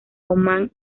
omán